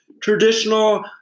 traditional